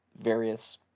various